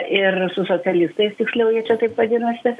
ir su socialistais tiksliau jie čia taip vadinasi